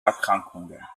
erkrankungen